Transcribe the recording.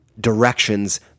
directions